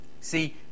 See